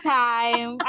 time